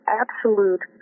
absolute